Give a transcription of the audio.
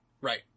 Right